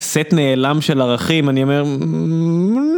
סט נעלם של ערכים, אני אומר...